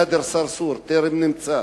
נאדר צרצור טרם נמצאו,